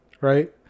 right